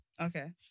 Okay